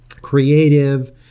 creative